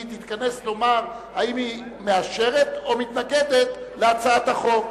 תתכנס לומר אם היא מאשרת או מתנגדת להצעת החוק.